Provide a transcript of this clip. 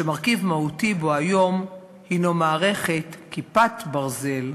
שמרכיב מהותי בו היום הנו מערכת "כיפת ברזל"